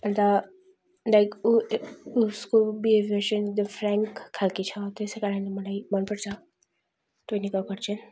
अन्त लाइक ऊ उसको बिहेभियर चाहिँ फ्र्यान्क खाले छ त्यसै कारणले मलाई मन पर्छ टोनी कक्कड चाहिँ